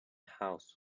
house